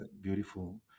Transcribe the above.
beautiful